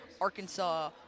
Arkansas